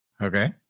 okay